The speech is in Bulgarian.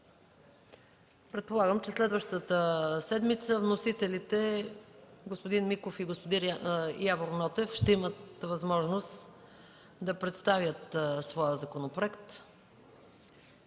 Предполагам, че следващата седмица вносителите господин Михаил Миков и господин Явор Нотев ще имат възможност да представят своя законопроект.